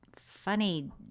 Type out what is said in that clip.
funny